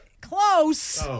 Close